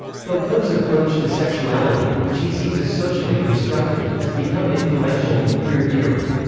foucault's approach to sexuality, which he sees as socially constructed, has become influential in queer theory.